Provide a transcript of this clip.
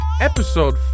episode